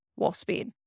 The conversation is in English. Wolfspeed